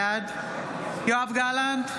בעד יואב גלנט,